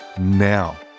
now